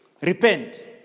repent